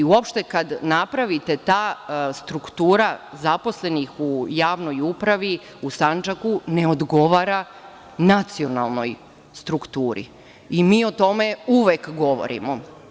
Uopšte, kada napravite, ta struktura zaposlenih u javnoj upravi u Sandžaku, ne odgovara nacionalnoj strukturi i mi o tome uvek govorimo.